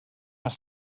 was